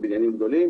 בבניינים גדולים,